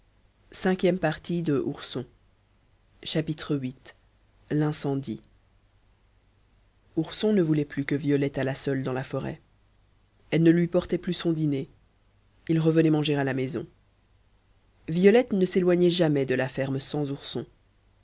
viii l'incendie ourson ne voulait plus que violette allât seule dans la forêt elle ne lui portait plus son dîner il revenait manger à la maison violette ne s'éloignait jamais de la ferme sans ourson